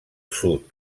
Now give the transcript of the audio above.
sud